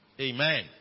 Amen